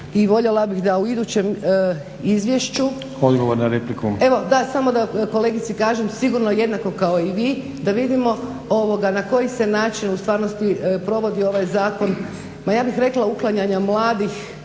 Đurđica (HDZ)** Evo, samo da kolegici kažem, sigurno jednako kao i vi, da vidimo na koji se način u stvarnosti provodi ovaj zakon. Ma ja bih rekla uklanjanja mladih